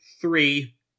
three